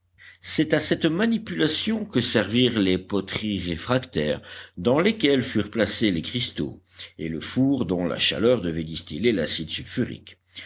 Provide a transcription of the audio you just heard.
c'est à cette manipulation que servirent les poteries réfractaires dans lesquelles furent placés les cristaux et le four dont la chaleur devait distiller l'acide sulfurique